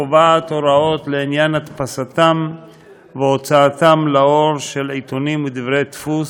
הקובעת הוראות לעניין הדפסתם והוצאתם לאור של עיתונים ודברי דפוס,